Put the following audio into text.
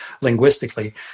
linguistically